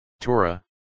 Torah